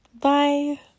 Bye